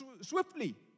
swiftly